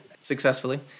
successfully